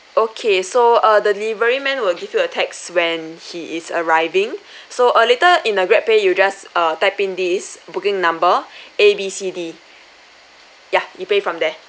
okay so uh the delivery man will give you a text when he is arriving so uh later in the grab pay you just uh type in this booking number A B C D ya you pay from there